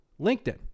LinkedIn